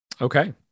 Okay